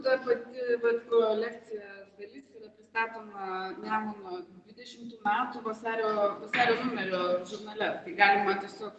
ta plati vat kolekcija dalis yra pristatoma nemuno dvidešimtų metų vasario vasario numerio žurnale galima tiesiog